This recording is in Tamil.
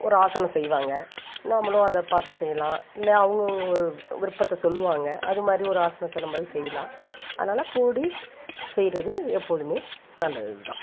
ஒரு ஆசனம் செய்வாங்கள் நம்மளும் அதைப் பார்த்து செய்யலாம் இல்லை அவங்க ஒரு விருப்பத்தை சொல்லுவாங்கள் அது மாதிரி ஒரு ஆசனத்தை நம்ம வந்து செய்யலாம் அதனால கூடி செய்கிறது எப்போதுமே நல்லது தான்